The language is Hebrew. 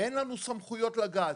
אין לנו סמכויות לגעת.